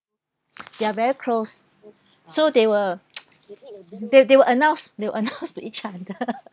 they are very close so they will they they will announce they will announce to each other